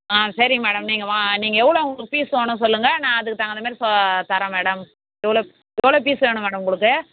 ஆ சரிங்க மேடம் நீங்கள் வா நீங்கள் எவ்வளோ உங்களுக்கு பீஸ் வேணும் சொல்லுங்கள் நான் அதுக்கு தகுந்த மாதிரி போ தரேன் மேடம் எவ்வளோ எவ்வளோ பீஸ் வேணும் மேடம் உங்களுக்கு